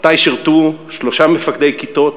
תחתי שירתו שלושה מפקדי כיתות